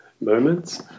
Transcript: moments